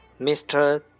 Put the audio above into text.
Mr